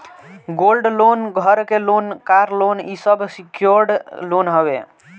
gold loan, घर के loan, car loan इ सब सिक्योर्ड लोन हवे